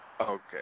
okay